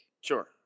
Sure